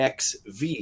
XV